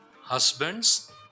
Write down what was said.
Husband's